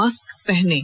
mask पहनें